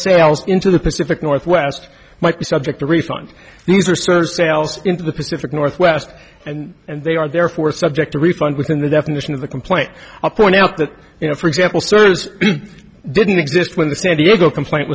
sales into the pacific northwest might be subject to refund these are sort of sales into the pacific northwest and and they are therefore subject to refund within the definition of the complaint i point out that you know for example sort of didn't exist when the san diego complaint